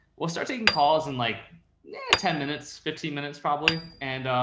we'll start taking calls in like yeah ten minutes, fifteen minutes probably. and